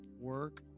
Work